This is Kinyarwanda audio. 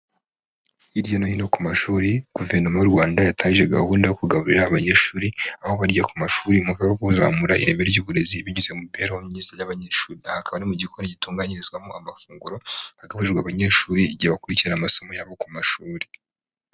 Hirya no hino ku mashuri Guverinoma y'u Rwanda yatangije gahunda yo kugaburira abanyeshuri, aho barya ku mashuri mu rwego rwo kuzamura ireme ry'uburezi binyuze mu mibereho myiza y'abanyeshuri. Aha hakaba ari mu gikoni gitunganyirizwamo amafunguro agaburirwa abanyeshuri, igihe bakurikira amasomo yabo ku mashuri.